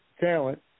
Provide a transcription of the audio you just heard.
talent